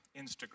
Instagram